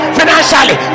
financially